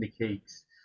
indicates